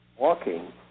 walking